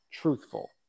truthful